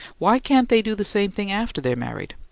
why can't they do the same thing after they're married?